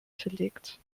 verlegt